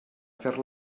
fer